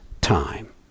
time